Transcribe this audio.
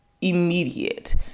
immediate